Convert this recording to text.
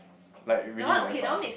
like really very fast